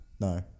No